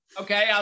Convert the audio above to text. Okay